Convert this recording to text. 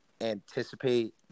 anticipate